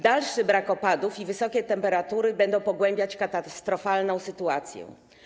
Dalszy brak opadów i wysokie temperatury będą pogłębiać katastrofalną sytuację.